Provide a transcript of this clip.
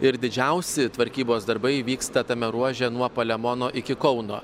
ir didžiausi tvarkybos darbai vyksta tame ruože nuo palemono iki kauno